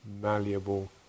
malleable